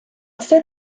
все